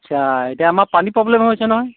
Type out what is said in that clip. আচ্ছা এতিয়া আমাৰ পানী প্ৰব্লেম হৈছে নহয়